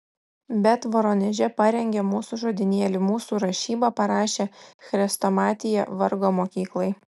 bet voroneže parengė mūsų žodynėlį mūsų rašybą parašė chrestomatiją vargo mokyklai